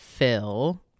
Phil